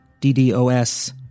DDoS